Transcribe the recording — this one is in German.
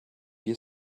wie